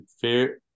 fair